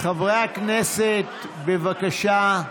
חברי הכנסת, בבקשה.